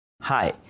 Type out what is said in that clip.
Hi